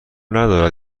ندارد